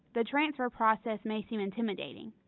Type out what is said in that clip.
the transfer process may seem intimidating.